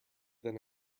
then